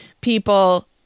people